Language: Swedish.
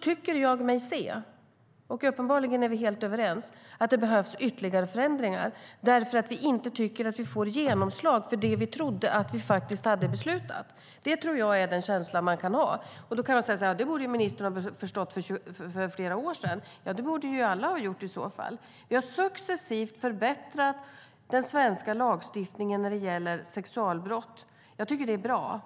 tycker jag mig se - och uppenbarligen är vi helt överens - att det behövs ytterligare förändringar. Vi tycker att vi inte har fått genomslag för det vi trodde att vi faktiskt hade beslutat. Det är den känsla vi har. Visst kan man säga att ministern borde ha förstått detta för flera år sedan. Ja, det borde ju alla ha gjort i så fall. Vi har successivt förbättrat den svenska lagstiftningen när det gäller sexualbrott. Det är bra.